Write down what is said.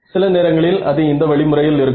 சில நேரங்களில் அது இந்த வழி முறையில் இருக்கும்